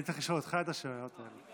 אני צריך לשאול אותך את השאלות האלה.